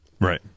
Right